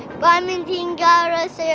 bye, mindy and guy raz. so